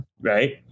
right